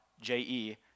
J-E